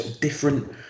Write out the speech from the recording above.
different